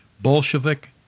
Bolshevik